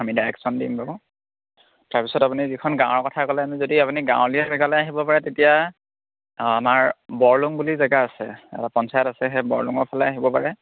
আমি ডাইৰেকশ্যন দিম পাব তাৰপিছত আপুনি যিখন গাঁৱৰ কথা ক'লে আমি যদি আপুনি গাঁৱলীয়া জেগালে আহিব পাৰে তেতিয়া আমাৰ বৰলুং বুলি জেগা আছে এটা পঞ্চায়ত আছে সেই বৰলুঙৰ ফালে আহিব পাৰে